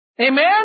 Amen